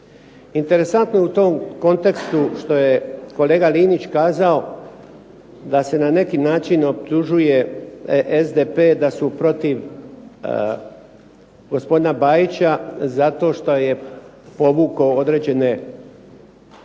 Interesantno je u tom kontekstu što je kolega Linić kazao da se na neki način optužuje SDP da su protiv gospodina Bajića zato što je povukao određene radnje